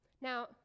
Now